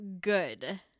good